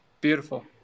Beautiful